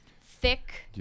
thick